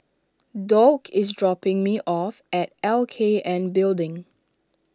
Doug is dropping me off at L K N Building